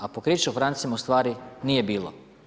A pokriće u francima ustvari nije bilo.